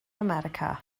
america